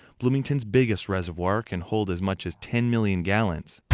bloomingtonos biggest reservoir can hold as much as ten million gallons.